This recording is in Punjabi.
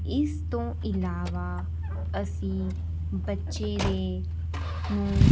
ਇਸ ਤੋਂ ਇਲਾਵਾ ਅਸੀਂ ਬੱਚੇ ਦੇ ਨੂੰ